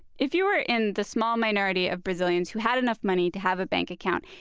if you were in the small minority of brazilians who had enough money to have a bank account,